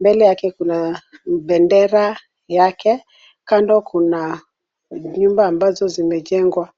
Mbele yake kuna bendera yake. Kando kuna nyumba ambazo zimejengwa.